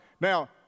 Now